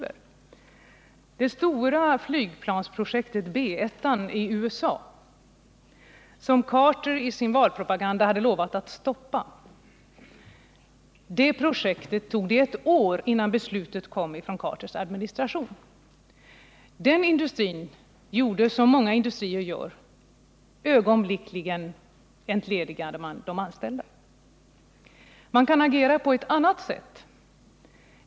I fråga om det stora flygplansprojektet B 1 i USA, som Carter i valpropagandan hade lovat stoppa, tog det ett år innan det beslutet kom ifrån Carters administration. Den industrin — Rockwell — gjorde som många industrier gör — ögonblickligen entledigade man de anställda. Man kan agera på ett annat sätt.